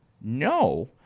No